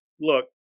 look